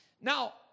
Now